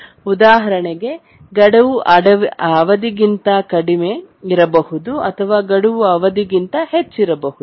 ಉದಾಹರಣೆಗೆ ಗಡುವು ಅವಧಿಗಿಂತ ಕಡಿಮೆ ಇರಬಹುದು ಅಥವಾ ಗಡುವು ಅವಧಿಗಿಂತ ಹೆಚ್ಚಿರಬಹುದು